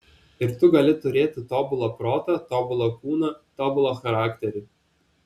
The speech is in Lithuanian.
ir tu gali turėti tobulą protą tobulą kūną tobulą charakterį